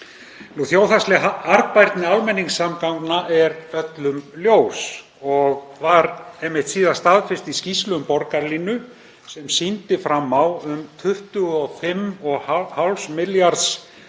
Þjóðhagsleg arðbærni almenningssamgangna er öllum ljós og var staðfest í skýrslu um borgarlínu sem sýndi fram á um 25,5 milljarða